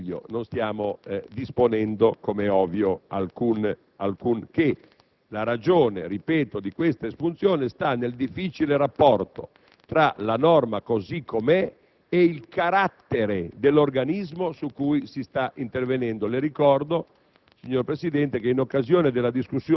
stiamo dando un consiglio, non stiamo disponendo alcunché. La ragione di questa espunzione, ripeto, sta nel difficile rapporto tra la norma così com'è e il carattere dell'organismo su cui si sta intervenendo. Le ricordo,